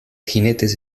jinetes